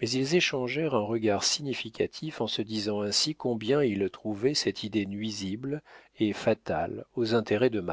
mais ils échangèrent un regard significatif en se disant ainsi combien ils trouvaient cette idée nuisible et fatale aux intérêts de